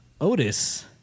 Otis